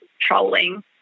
trolling